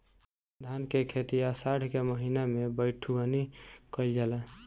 धान के खेती आषाढ़ के महीना में बइठुअनी कइल जाला?